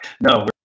No